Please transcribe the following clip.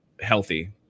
healthy